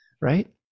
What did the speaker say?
Right